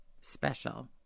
special